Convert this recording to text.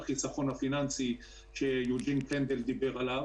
החיסכון הפיננסי שיוג'ין דיבר עליו.